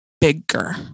bigger